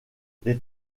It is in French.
les